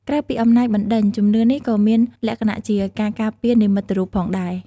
ក្រៅពីអំណាចបណ្ដេញ ជំនឿនេះក៏មានលក្ខណៈជាការការពារនិមិត្តរូបផងដែរ